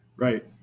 Right